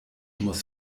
muss